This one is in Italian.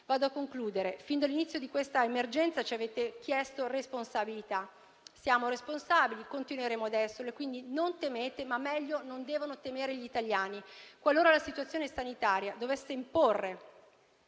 avvio a concludere: fin dall'inizio di quest'emergenza, ci avete chiesto responsabilità. Siamo responsabili e continueremo ad esserlo. Quindi, non temete, ma - meglio - non devono temere gli italiani: qualora la situazione sanitaria dovesse imporre